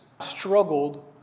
struggled